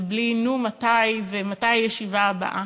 ובלי: נו, מתי, ומתי הישיבה הבאה,